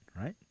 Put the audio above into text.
right